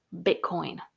Bitcoin